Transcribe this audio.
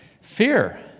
Fear